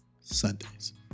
Sundays